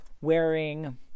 wearing